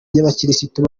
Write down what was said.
y’abakirisitu